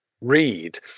read